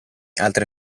altre